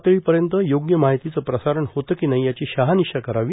गाव पातळीपर्यंत योग्य माहितीचे प्रसारण होते की नाही याची शहानिशा करावी